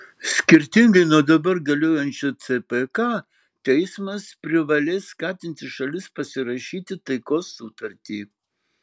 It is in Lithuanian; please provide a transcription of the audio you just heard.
skirtingai nuo dabar galiojančio cpk teismas privalės skatinti šalis pasirašyti taikos sutartį